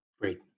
Great